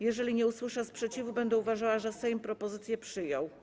Jeżeli nie usłyszę sprzeciwu, będę uważała, że Sejm propozycję przyjął.